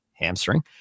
hamstring